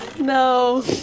No